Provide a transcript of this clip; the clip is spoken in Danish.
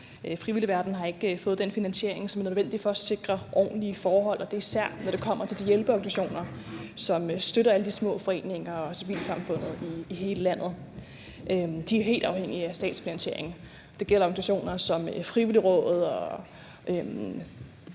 Frivilligverdenen har ikke fået den finansiering, som er nødvendig for at sikre ordentlige forhold, og det er især, når det kommer til de hjælpeorganisationer, som støtter alle de små foreninger og civilsamfundet i hele landet. De er helt afhængige af statsfinansiering. Det gælder organisationer som Frivilligrådet,